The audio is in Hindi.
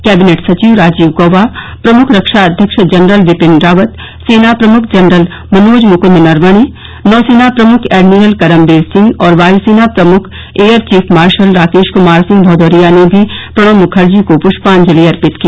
कैबिनेट सचिव राजीव गौवा प्रमुख रक्षा अध्यक्ष जनरल बिपिन रावत सेना प्रमुख जनरल मनोज मुकूद नरवण नौसेना प्रमुख एडमिरल करमबीर सिंह और वाय्सेना प्रमुख air chief marshal Rakesh Kumar Singh Bhadauria ने भी प्रणव मुखर्जी को प्षांजलि अर्पित की